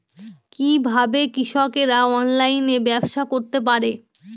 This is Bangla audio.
কিভাবে কৃষকরা অনলাইনে ব্যবসা করতে পারে?